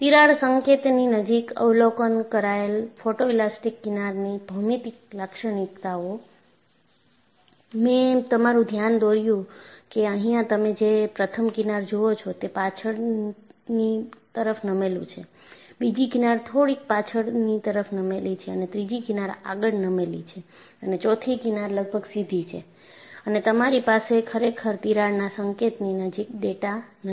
તિરાડ સંકેતની નજીક અવલોકન કરાયેલ ફોટોઇલાસ્ટિક કિનારની ભૌમિતિક લાક્ષણિકતાઓ મેં તમારું ધ્યાન દોર્યું કે અહિયાં તમે જે પ્રથમ કિનાર જુઓ છો તે પાછળની તરફ નમેલુ છે બીજી કિનાર થોડી પાછળની તરફ નમેલી છે અને ત્રીજી કિનાર આગળ નમેલી છે અને ચોથી કિનાર લગભગ સીધી છે અને તમારી પાસે ખરેખર તિરાડના સંકેતની નજીક ડેટા નથી